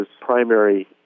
primary